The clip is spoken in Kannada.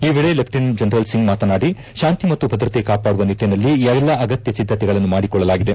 ಈ ವೇಳೆ ಲೆಫ್ಟಿನೆಂಟ್ ಜನರಲ್ ಸಿಂಗ್ ಮಾತನಾಡಿ ಶಾಂತಿ ಮತ್ತು ಭದ್ರತೆ ಕಾಪಾಡುವ ನಿಟ್ಟನಲ್ಲಿ ಎಲ್ಲಾ ಅಗತ್ಯ ಒದ್ದತೆಗಳನ್ನು ಮಾಡಿಕೊಳ್ಳಲಾಗಿದೆ